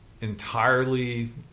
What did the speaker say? entirely